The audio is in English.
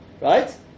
right